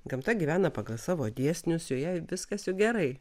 gamta gyvena pagal savo dėsnius joje viskas juk gerai